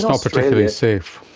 not particularly safe.